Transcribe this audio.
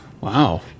wow